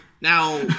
Now